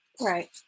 Right